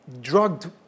drugged